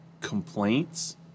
complaints